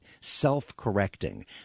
self-correcting